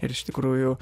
ir iš tikrųjų